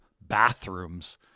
bathrooms